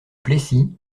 plessis